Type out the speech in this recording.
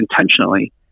intentionally